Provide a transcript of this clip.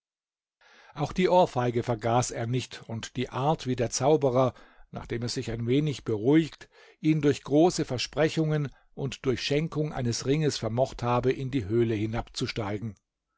auch die ohrfeige vergaß er nicht und die art wie der zauberer nachdem er sich wieder ein wenig beruhigt ihn durch große versprechungen und durch schenkung eines ringes vermocht habe in die höhle hinabzusteigen